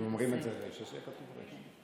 אם אומרים רי"ש, אז שיהיה כתוב רי"ש.